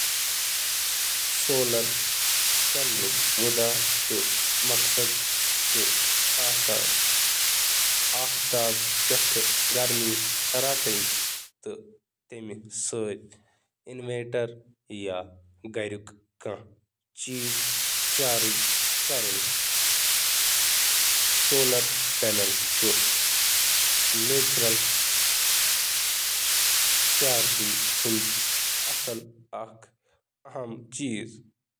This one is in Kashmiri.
سولر پینلُک مقصد چھُ آفتابَس منٛز گارمی حٲصِل کرُن یہِ چھُ اِنوینٹر بیٹری چارج کرنس منٛز مدد کران تہٕ سولر پینل چھُ اکھ قۄدرٔتی چارج پینل۔